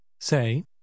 Say